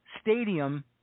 stadium